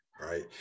right